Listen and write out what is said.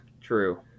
True